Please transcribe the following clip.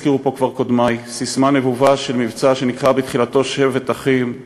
הזכירו פה כבר קודמי ססמה נבובה של מבצע שנקרא בתחילתו "שבת אחים";